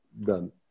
done